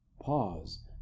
pause